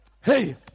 Hey